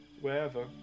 wherever